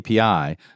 API